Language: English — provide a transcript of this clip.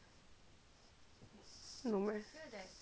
no meh